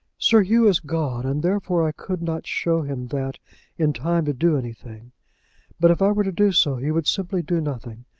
sir hugh is gone, and therefore i could not show him that in time to do anything but if i were to do so, he would simply do nothing,